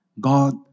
God